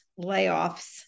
layoffs